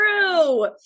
true